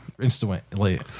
instantly